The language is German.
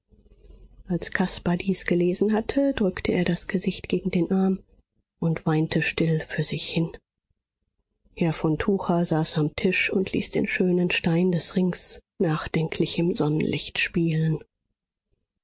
als caspar dies gelesen hatte drückte er das gesicht gegen den arm und weinte still für sich hin herr von tucher saß am tisch und ließ den schönen stein des rings nachdenklich im sonnenlicht spielen